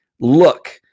look